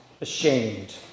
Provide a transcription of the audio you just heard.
ashamed